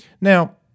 Now